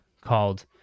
called